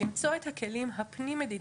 למצוא את הכלים הפנים-מדינתיים